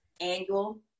annual